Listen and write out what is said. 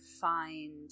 find